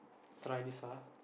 try this [huh]